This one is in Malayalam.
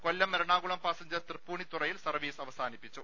കൊല്ലം എറണാകുളം പാസഞ്ചർ തൃപ്പൂണിത്തുറയിൽ സർവീസ് അവസാനിപ്പിച്ചു